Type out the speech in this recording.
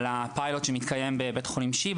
על הפיילוט שמתקיים בבית חולים שיבא